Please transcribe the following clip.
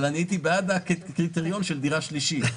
אבל הייתי בעד הקריטריון של דירה שלישית.